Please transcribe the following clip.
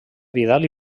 vidal